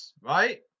right